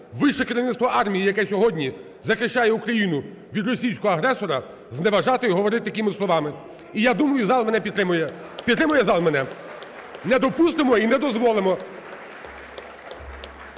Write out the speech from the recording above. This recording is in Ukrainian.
вище керівництво армії, яке сьогодні захищає Україну від російського агресора, зневажати і говорити такими словами. І я думаю, зал мене підтримує. Підтримує зал